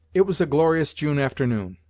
it was a glorious june afternoon,